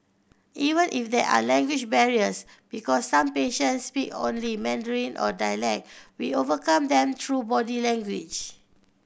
even if there are language barriers because some patients speak only Mandarin or dialect we overcome them through body language